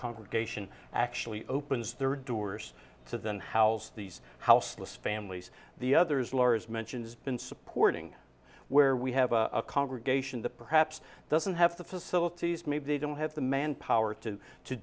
congregation actually opens their doors to them how these houseless families the others lors mentioned has been supporting where we have a congregation the perhaps doesn't have the facilities maybe they don't have the manpower to to